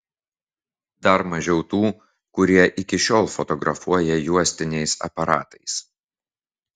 dar mažiau tų kurie iki šiol fotografuoja juostiniais aparatais